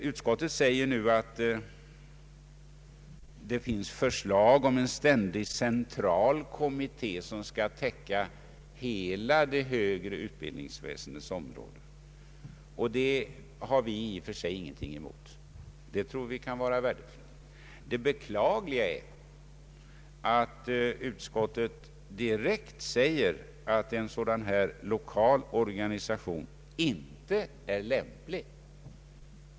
Utskottet framhåller att förslag finns om en ständig central kommitté, som skall täcka hela det högre utbildningsväsendets område. Det har vi i och för sig ingenting emot, utan den tror vi kan vara värdefull. Det beklagliga är att utskottet direkt påstår att en sådan här lokal organisation inte är lämplig.